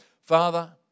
Father